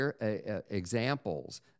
examples